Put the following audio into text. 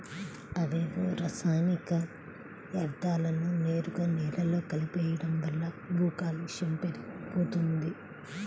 అవేవో రసాయనిక యర్థాలను నేరుగా నేలలో కలిపెయ్యడం వల్ల భూకాలుష్యం పెరిగిపోతంది